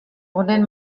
honen